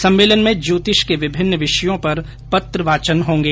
सम्मेलन में ज्योतिष के विभिन्न विषयों पर पत्र वाचन होंगे